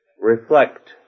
reflect